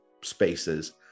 spaces